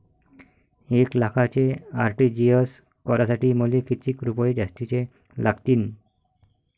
एक लाखाचे आर.टी.जी.एस करासाठी मले कितीक रुपये जास्तीचे लागतीनं?